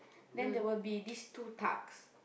then there will be these two thugs